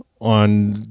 on